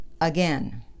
Again